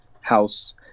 house